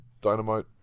Dynamite